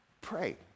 Pray